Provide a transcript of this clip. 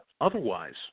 otherwise